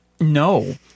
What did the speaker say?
no